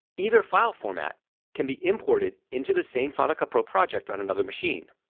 either file format can be imported into the same final cut pro project on another machine.